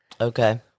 Okay